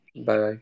Bye-bye